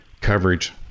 coverage